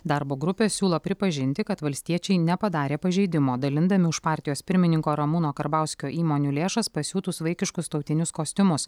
darbo grupė siūlo pripažinti kad valstiečiai nepadarė pažeidimo dalindami už partijos pirmininko ramūno karbauskio įmonių lėšas pasiūtus vaikiškus tautinius kostiumus